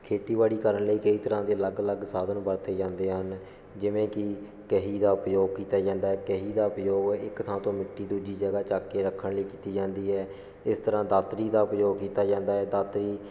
ਖੇਤੀਬਾੜੀ ਕਰਨ ਲਈ ਕਈ ਤਰ੍ਹਾਂ ਦੇ ਅਲੱਗ ਅਲੱਗ ਸਾਧਨ ਵਰਤੇ ਜਾਂਦੇ ਹਨ ਜਿਵੇਂ ਕਿ ਕਹੀ ਦਾ ਉਪਯੋਗ ਕੀਤਾ ਜਾਂਦਾ ਕਹੀ ਦਾ ਉਪਯੋਗ ਇੱਕ ਥਾਂ ਤੋਂ ਮਿੱਟੀ ਦੂਜੀ ਜਗ੍ਹਾ ਚੱਕ ਕੇ ਰੱਖਣ ਲਈ ਕੀਤੀ ਜਾਂਦੀ ਹੈ ਇਸ ਤਰ੍ਹਾਂ ਦਾਤਰੀ ਦਾ ਉਪਯੋਗ ਕੀਤਾ ਜਾਂਦਾ ਹੈ ਦਾਤਰੀ